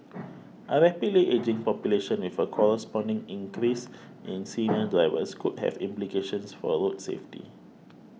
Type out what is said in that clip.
a rapidly ageing population with a corresponding increase in senior drivers could have implications for a road safety